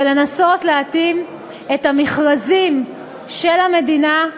ולנסות להתאים את המכרזים של המדינה,